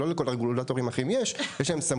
לא לכל הרגולטורים האחרים יש מנהלתיות,